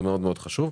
זה מאוד מאוד חשוב.